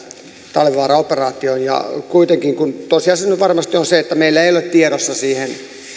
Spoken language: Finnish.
talvivaara operaatioon ja kuitenkin kun tosiasia nyt varmasti on se että meillä ei ole tiedossa siihen